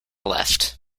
left